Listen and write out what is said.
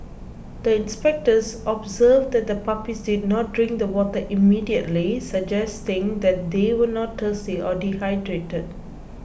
the inspectors observed that the puppies did not drink the water immediately suggesting that they were not thirsty or dehydrated